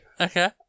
Okay